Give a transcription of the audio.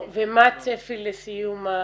ומה הצפי לסיום?